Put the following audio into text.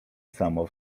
samo